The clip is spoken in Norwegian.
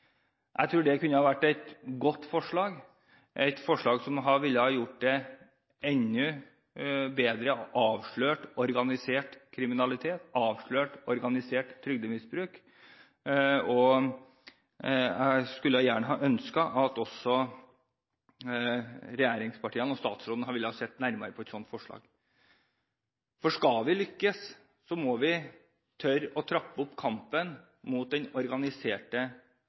Jeg tror det kunne vært et godt forslag, og et forslag som ville ha gjort det enklere å kunne avsløre organisert trygdemisbruk. Jeg skulle ønske at regjeringspartiene og statsråden ville sett nærmere på et sånt forslag. Skal vi lykkes, må vi tørre å trappe opp kampen mot det organiserte trygdemisbruket. Vi ser stadig flere avisoppslag som peker på de utfordringene Norge står overfor når det gjelder akkurat den